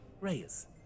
Reyes